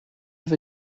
have